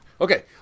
Okay